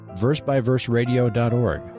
versebyverseradio.org